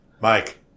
Mike